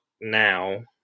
now